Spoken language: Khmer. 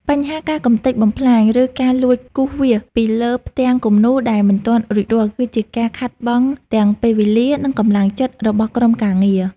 បញ្ហាការកម្ទេចបំផ្លាញ ឬការលួចគូសវាសពីលើផ្ទាំងគំនូរដែលមិនទាន់រួចរាល់ គឺជាការខាតបង់ទាំងពេលវេលា និងកម្លាំងចិត្តរបស់ក្រុមការងារ។